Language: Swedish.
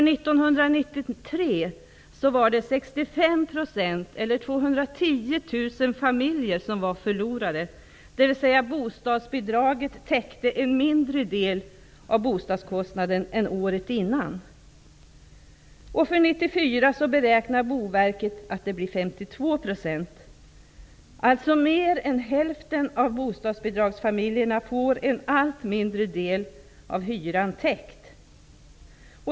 1993 var bostadsbidraget täckte en mindre del av bostadskostnaden än året innan. För 1994 beräknar Boverket att detta kommer att gälla 52 %. Mer än hälften av bostadsbidragsfamiljerna får alltså en allt mindre del av hyran täckt.